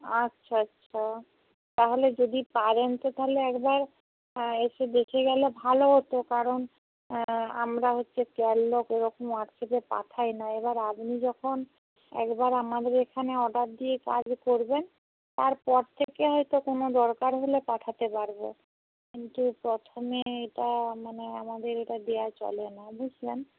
আচ্ছা আচ্ছা তাহলে যদি পারেন তো তাহলে একবার এসে দেখে গেলে ভালো হতো কারণ আমরা হচ্ছে ক্যাটালগ এরকম হোয়াটসঅ্যাপে পাঠাই না এবার আপনি যখন একবার আমাদের এখানে অর্ডার দিয়ে কাজ করবেন তারপর থেকে হয়তো কোনো দরকার হলে পাঠাতে পারব কিন্তু প্রথমে এটা মানে আমাদের এটা দেওয়া চলে না বুঝলেন